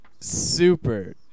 super